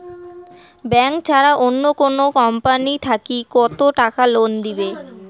Bank ছাড়া অন্য কোনো কোম্পানি থাকি কত টাকা লোন দিবে?